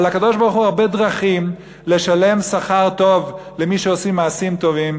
אבל לקדוש-ברוך-הוא הרבה דרכים לשלם שכר טוב למי שעושים מעשים טובים,